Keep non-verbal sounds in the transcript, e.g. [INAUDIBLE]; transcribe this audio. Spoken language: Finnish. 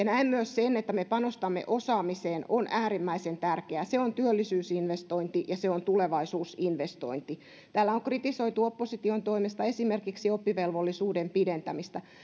[UNINTELLIGIBLE] näen myös että se että me panostamme osaamiseen on äärimmäisen tärkeää se on työllisyysinvestointi ja se on tulevaisuusinvestointi täällä on kritisoitu opposition toimesta esimerkiksi oppivelvollisuuden pidentämistä